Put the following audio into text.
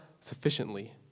sufficiently